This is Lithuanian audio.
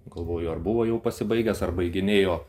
galvoju ar buvo jau pasibaigęs ar baiginėjo